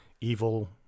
evil